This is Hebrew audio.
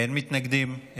אין מתנגדים.